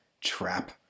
trap